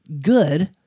Good